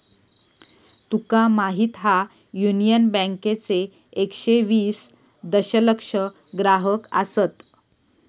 तुका माहीत हा, युनियन बँकेचे एकशे वीस दशलक्ष ग्राहक आसत